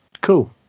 cool